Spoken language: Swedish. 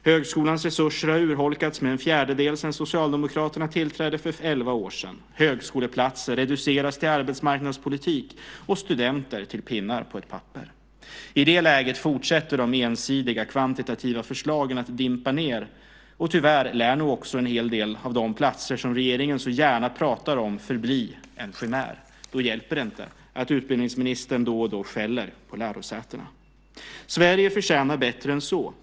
Högskolans resurser har urholkats med en fjärdedel sedan Socialdemokraterna tillrädde för elva år sedan. Högskoleplatser reduceras till arbetsmarknadspolitik och studenter till pinnar på ett papper. I det läget fortsätter de ensidiga kvantitativa förslagen att dimpa ner. Tyvärr lär nog också en hel del av de platser som regeringen pratar om förbli en chimär. Då hjälper det inte att utbildningsministern då och då skäller på lärosätena. Sverige förtjänar bättre än så.